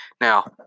Now